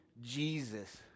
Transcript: Jesus